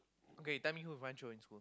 okay tell me who you find chio in school